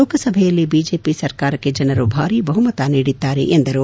ಲೋಕಸಭೆಯಲ್ಲಿ ಬಿಜೆಪಿ ಸರ್ಕಾರಕ್ಕೆ ಜನರು ಭಾರೀ ಬಹುಮತ ನೀಡಿದ್ದಾರೆ ಎಂದರು